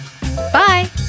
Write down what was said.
Bye